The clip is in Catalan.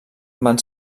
van